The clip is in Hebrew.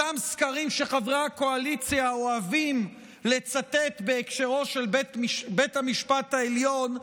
אותם סקרים שחברי הקואליציה אוהבים לצטט בהקשרו של בית המשפט העליון,